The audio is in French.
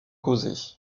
causer